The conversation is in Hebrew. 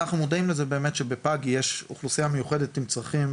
אנחנו מודעים לזה שבפאגי יש אוכלוסייה מיוחדת עם צרכים